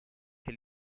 che